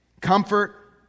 Comfort